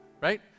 Right